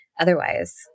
Otherwise